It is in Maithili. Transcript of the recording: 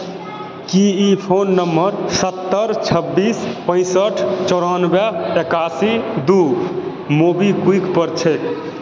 की ई फ़ोन नम्बर सत्तरि छब्बीस पैंसठि चौरानबे एकासी दू मूवी क्विक पर छै